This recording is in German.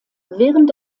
während